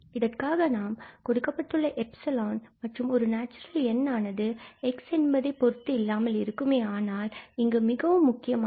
இதற்காக நாம் கொடுக்கப்பட்டுள்ள 𝜖 ∄ ஒரு நேச்சுரல் எண் N ஆனது x என்பதை பொருத்து இருக்காமல் கிடைக்குமே ஆனால் இங்கு இது மிகவும் முக்கியமானது